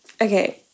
Okay